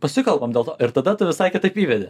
pasikalbam dėl to ir tada tu visai kitaip įvedi